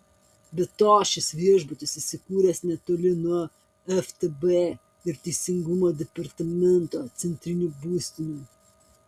be to šis viešbutis įsikūręs netoli nuo ftb ir teisingumo departamento centrinių būstinių